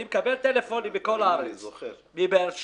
אני מקבל טלפונים מכל הארץ מבאר שבע,